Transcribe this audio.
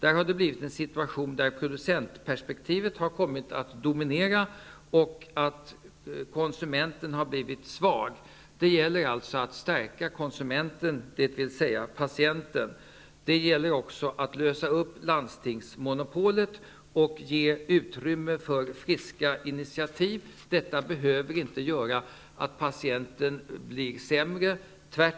Vi har fått en situation där producentperspektivet har kommit att dominera, och konsumenten har blivit svag. Det gäller alltså att stärka konsumenten, dvs. patienten. Det gäller också att lösa upp landstingsmonopolet och att ge utrymme för nya initiativ. Detta behöver inte medföra att patienten blir sämre.